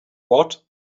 what